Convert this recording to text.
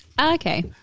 Okay